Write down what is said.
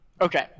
Okay